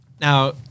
Now